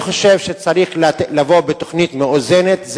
אני חושב שצריך לבוא בתוכנית מאוזנת.